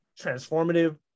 transformative